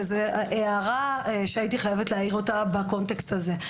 וזו הערה שהייתי חייבת להעיר בקונטקסט הזה.